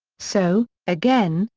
so, again,